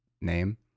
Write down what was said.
name